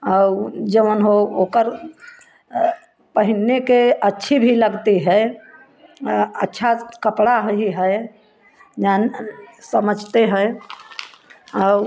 और जौन हो ओकर पहिनने के अच्छी भी लगती है अच्छा कपड़ा भी है जाना समझते है और